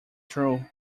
true